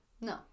No